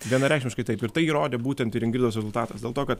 vienareikšmiškai taip ir tai įrodė būtent ir ingridos rezultatas dėl to kad